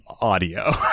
audio